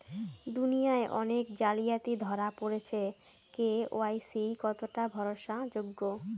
দুনিয়ায় অনেক জালিয়াতি ধরা পরেছে কে.ওয়াই.সি কতোটা ভরসা যোগ্য?